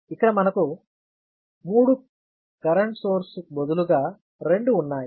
ఇక్కడ మనకు మూడు కరెంట్ సోర్స్ బదులుగా రెండు ఉన్నాయి